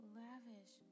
lavish